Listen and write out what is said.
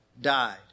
died